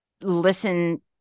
listen